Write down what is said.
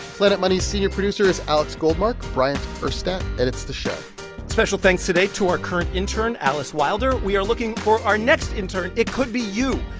planet money's senior producer is alex goldmark. bryant urstadt edits the show special thanks today to our current intern, alice wilder. we are looking for our next intern. it could be you.